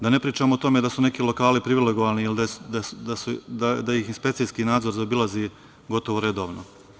Da ne pričam o tome da su neki lokali privilegovani i da ih inspekcijski nadzor zaobilazi gotovo redovno.